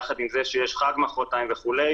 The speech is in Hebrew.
יחד עם זה שיש חג מחרתיים וכו',